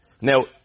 Now